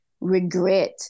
regret